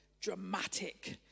dramatic